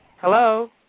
Hello